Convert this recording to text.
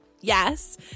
Yes